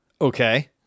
Okay